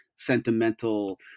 sentimental